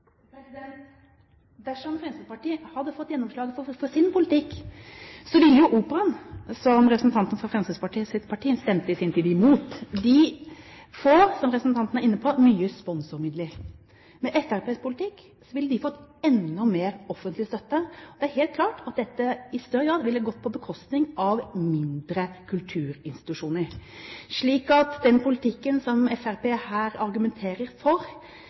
Dersom Fremskrittspartiet hadde fått gjennomslag for sin politikk, ville jo Operaen – som representantens parti i sin tid stemte imot – få, som representanten var inne på, mye sponsormidler. Med Fremskrittspartiets politikk ville de fått enda mer offentlig støtte. Det er helt klart at dette i større grad ville gått på bekostning av mindre kulturinstitusjoner. Med den politikken som Fremskrittspartiet her argumenterer for,